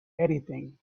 anything